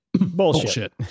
Bullshit